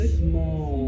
small